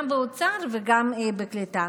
גם באוצר וגם בקליטה.